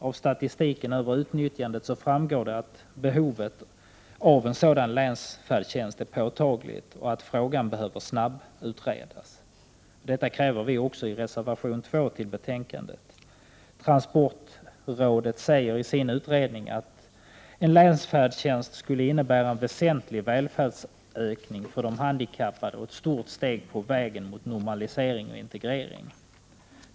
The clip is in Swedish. Av statistiken över utnyttjandet framgår det att behovet av en sådan länsfärdtjänst är påtagligt och att frågan behöver snabbutredas. Detta kräver vi i reservation 2 i betänkandet. Transportrådet säger i sin utredning att ”en länsfärdtjänst skulle innebära en väsentlig välfärdsökning för de handikappade och ett stort steg på vägen mot normalisering och integrering”.